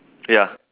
ya